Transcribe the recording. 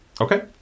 Okay